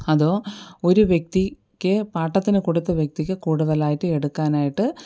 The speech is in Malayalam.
അതോ ഒരു വ്യക്തിക്ക് പാട്ടത്തിന് കൊടുത്ത വ്യക്തിക്ക് കൂടുതലായിട്ട് എടുക്കാനായിട്ട്